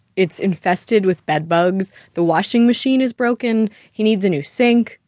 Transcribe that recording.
it's infested with bedbugs. the washing machine is broken. he needs a new sink.